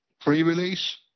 pre-release